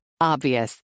Obvious